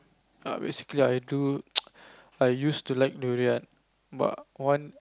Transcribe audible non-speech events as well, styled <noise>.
err basically I do <noise> I used to like durian but one